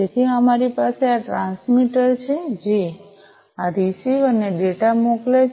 તેથી અમારી પાસે આ ટ્રાન્સમીટર છે જે આ રીસીવર ને ડેટા મોકલે છે